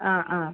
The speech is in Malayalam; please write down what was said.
അ അ